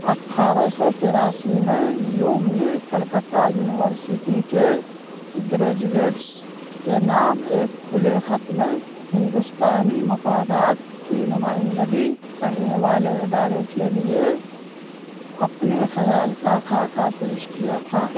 اٹھارہ سو تراسی میں ہیوم نے کلکتہ یونیورسٹی کے گریجویٹس کے نام ایک کھلے خط میں ہندوستانی مفادات کی نمائندگی کرنے والے ادارے کے لیے اپنے خیال کا خاکہ پیش کیا تھا